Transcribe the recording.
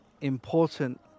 important